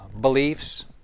beliefs